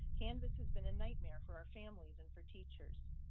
canvas has been a nightmare for our families and for teachers.